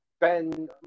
Ben